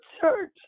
church